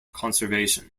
conservation